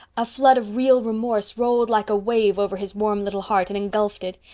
a flood of real remorse rolled like a wave over his warm little heart and engulfed it.